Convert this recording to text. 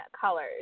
colors